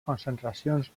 concentracions